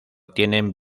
tienen